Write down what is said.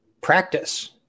practice